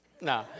No